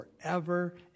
forever